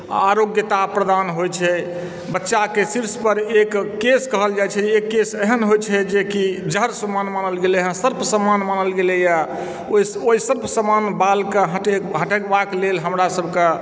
आरोग्यता प्रदान होइत छै बच्चाके शीर्षपर एक केश कहल जाइत छै एक केश एहन होइत छै जेकि जहर समान मानल गेलैए सर्प समान मानल गेलैए ओहि ओहि सर्प समान बालकेँ हटे हटेबाक लेल हमरासभके